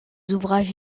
ouvrages